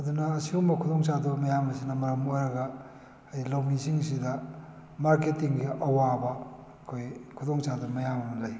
ꯑꯗꯨꯅ ꯑꯁꯤꯒꯨꯝꯕ ꯈꯨꯗꯣꯡ ꯆꯥꯗꯕ ꯃꯌꯥꯝ ꯑꯁꯤꯅ ꯃꯔꯝ ꯑꯣꯏꯔꯒ ꯑꯩ ꯂꯧꯃꯤꯁꯤꯡꯁꯤꯗ ꯃꯥꯔꯀꯦꯇꯤꯡꯒꯤ ꯑꯋꯥꯕ ꯑꯩꯈꯣꯏ ꯈꯨꯗꯣꯡ ꯆꯥꯗꯕ ꯃꯌꯥꯝ ꯑꯃ ꯂꯩ